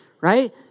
right